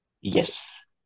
Yes